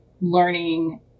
learning